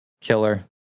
killer